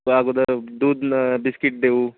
किंवा अगोदर दूध न् बिस्कीट देऊ